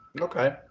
Okay